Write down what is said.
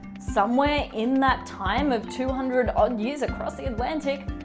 somewhere in that time of two hundred odd years across the atlantic,